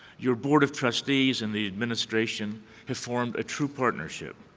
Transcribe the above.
your board of trustees and the administration have formed a true partnership.